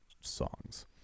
songs